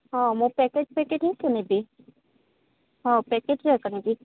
ହଁ ମୁଁ packet packet ହିଁ ତ ନେବି ହଁ ପ୍ୟାକେଟ୍ରେ ଏକା ନେବି